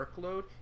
workload